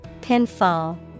Pinfall